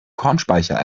kornspeicher